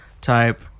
type